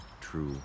true